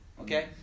okay